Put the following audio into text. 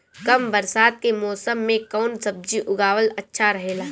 कम बरसात के मौसम में कउन सब्जी उगावल अच्छा रहेला?